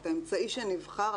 את האמצעי שנבחר,